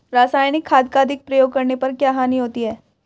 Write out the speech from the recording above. रासायनिक खाद का अधिक प्रयोग करने पर क्या हानि होती है?